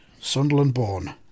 Sunderland-born